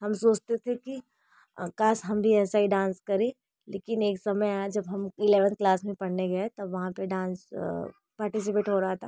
हम सोचते थे कि काश हम भी ऐसा ही डांस करें लेकिन एक समय आया जब हम इलेवेन्थ क्लास में पढ़ने गए तब वहाँ पर डांस पार्टीसिपेट हो रहा था